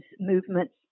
movements